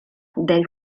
del